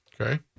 Okay